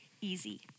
easy